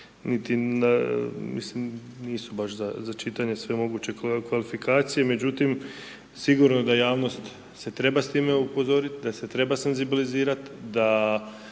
mislim nisu baš za čitanje sve moguće kvalifikacije, međutim, sigurno da javnost se treba s time upozoriti, da se treba senzibilizirati, da